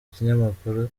ikinyamakuru